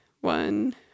one